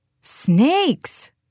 snakes